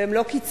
והם לא קיצונים,